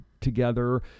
together